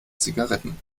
zigaretten